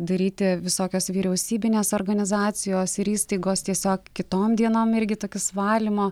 daryti visokios vyriausybinės organizacijos ir įstaigos tiesiog kitom dienom irgi tokius valymo